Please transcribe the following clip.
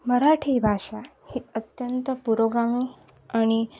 मराठी भाषा ही अत्यंत पुरोगामी आणि